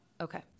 Okay